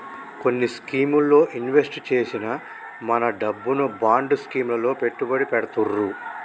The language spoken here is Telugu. కొన్ని స్కీముల్లో ఇన్వెస్ట్ చేసిన మన డబ్బును బాండ్ స్కీం లలో పెట్టుబడి పెడతుర్రు